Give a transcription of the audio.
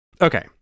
Okay